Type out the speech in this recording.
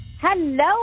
Hello